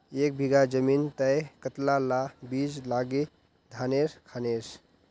एक बीघा जमीन तय कतला ला बीज लागे धानेर खानेर?